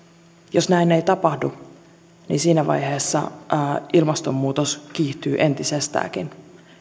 jos näin ei tapahdu niin siinä vaiheessa ilmastonmuutos kiihtyy entisestäänkin